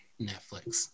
Netflix